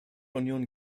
union